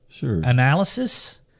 analysis